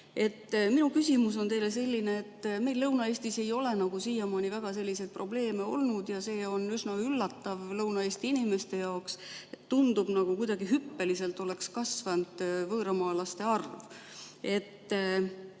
Minu küsimus on selline, et meil Lõuna-Eestis ei ole siiamaani väga selliseid probleeme olnud ja see on üsna üllatav Lõuna-Eesti inimeste jaoks. Tundub, et kuidagi hüppeliselt on kasvanud võõramaalaste arv.